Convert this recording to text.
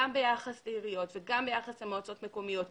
גם ביחס לעיריות וגם ביחס למועצות מקומיות,